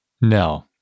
No